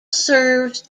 serves